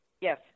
Yes